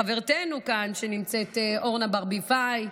חברתנו כאן אורנה ברביבאי,